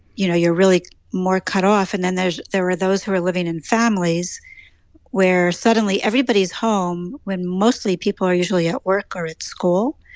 you know, you're really more cut off. and then there's there are those who are living in families where suddenly, everybody's home when mostly people are usually at work or at school.